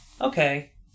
okay